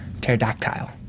pterodactyl